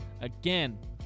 again